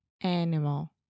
Animal